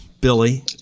Billy